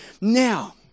Now